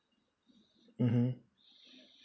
mmhmm